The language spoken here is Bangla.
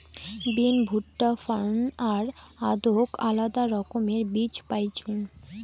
বিন, ভুট্টা, ফার্ন আর আদৌক আলাদা রকমের বীজ পাইচুঙ